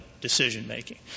decision-making